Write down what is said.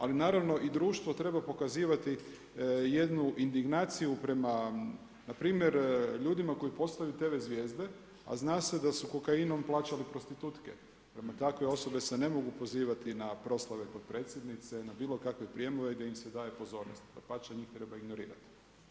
Ali naravno, i društvo treba pokazivati jednu indignaciju prema npr. ljudima koji postaju TV zvijezde, a zna se da su kokainom plaćali prostitutke, prema tome, takve osobe se ne mogu pozivati na proslave kod predsjednice, na bilo kakve prijemove gdje im se daje pozornost, dapače, treba ih ignorirati.